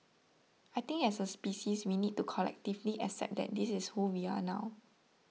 I think as a species we need to collectively accept that this is who we are now